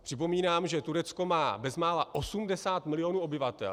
Připomínám, že Turecko má bezmála 80 milionů obyvatel.